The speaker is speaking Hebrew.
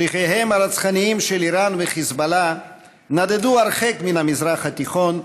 שליחיהם הרצחניים של איראן וחיזבאללה נדדו הרחק מן המזרח התיכון,